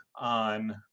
on